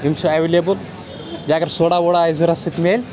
یِم چھو اٮ۪ولیبٕل یا اگر سوڈا ووڈا آسہِ ضوٚرَتھ مِلہِ